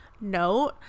note